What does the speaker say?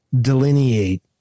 delineate